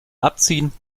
abziehen